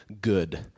good